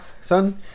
son